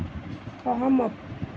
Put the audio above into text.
সহমত